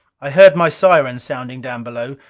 i heard my sirens sounding down below,